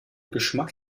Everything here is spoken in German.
geschmack